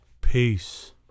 Peace